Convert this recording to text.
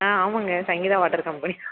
ஆ ஆமாங்க Sangeetha water company